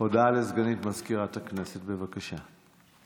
הודעה לסגנית מזכירת הכנסת, בבקשה.